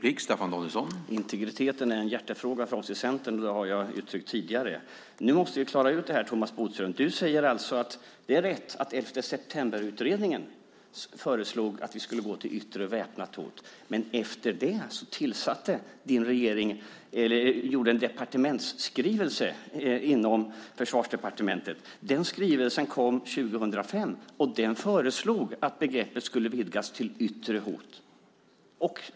Herr talman! Integriteten är en hjärtefråga för oss i Centern. Det har jag uttryckt tidigare. Nu måste vi klara ut det här, Thomas Bodström. Du säger alltså att det är rätt att 11 september-utredningen föreslog att vi skulle ha begreppet yttre väpnat hot. Efter det gjorde din regering en departementsskrivelse inom Försvarsdepartementet. Den skrivelsen kom 2005 och den föreslog att begreppet skulle vidgas till yttre hot.